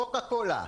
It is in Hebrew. קוקה קולה,